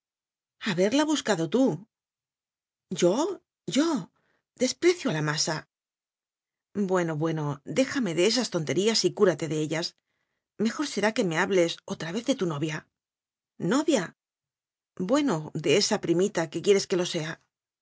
haberla buscado tú yo yo desprecio a la masa bueno bueno déjame de esas tonterías y cúrate de ellas mejor será que me hables otra vez de tu novia novia bueno de esa tu primita que quieres que lo sea